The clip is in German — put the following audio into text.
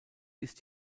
ist